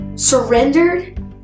surrendered